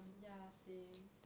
ya same